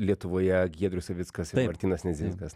lietuvoje giedrius savickas ir martynas nedzinskas